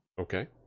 Okay